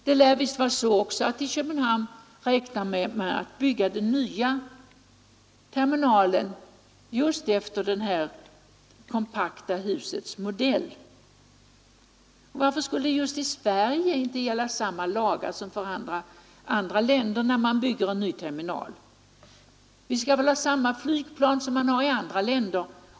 Det lär visst också vara så, att man i Köpenhamn räknar med att bygga den nya terminalen efter just kompakta husets modell. Varför skulle samma lagar inte gälla i Sverige som gäller i andra länder, när man bygger en ny terminal? Vi skall väl ha samma sorts flygplan som i andra länder?